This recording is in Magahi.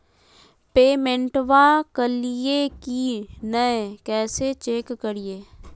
पेमेंटबा कलिए की नय, कैसे चेक करिए?